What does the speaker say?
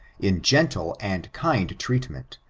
in gentle and kind treatment,